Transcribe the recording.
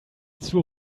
zur